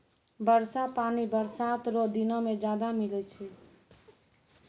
वर्षा पानी बरसात रो दिनो मे ज्यादा मिलै छै